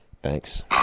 Thanks